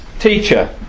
Teacher